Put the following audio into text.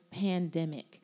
pandemic